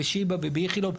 בשיבא ובאיכילוב,